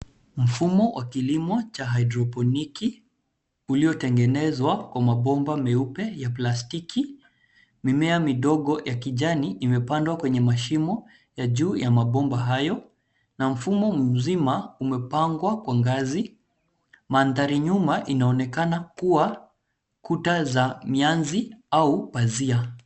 Mfumo wa kilimo cha hidroponiki, uliotengenezwa kwa mabomba meupe ya plasitiki. Mimea midogo ya kijani imepandwa kwenye mashimo ya juu ya mabomba hayo, na mfumo mzima umepangwa kwa ngazi. Mandhari nyuma inaonekana kua kuta za mianzi au pazia.